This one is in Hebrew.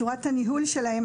צורת הניהול שלהם,